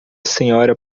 senhora